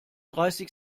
dreißig